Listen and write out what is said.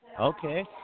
Okay